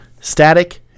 static